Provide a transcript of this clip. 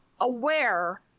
aware